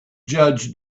judge